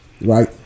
right